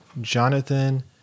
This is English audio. Jonathan